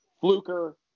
Fluker